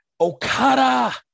Okada